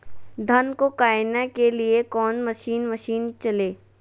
धन को कायने के लिए कौन मसीन मशीन चले?